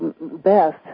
best